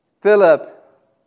Philip